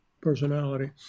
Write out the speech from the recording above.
personality